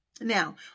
Now